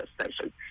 station